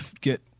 get